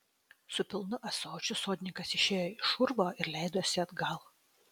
su pilnu ąsočiu sodininkas išėjo iš urvo ir leidosi atgal